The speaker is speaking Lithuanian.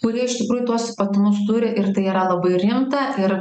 kurie iš tikrųjų tuos įpatumus turi ir tai yra labai rimta ir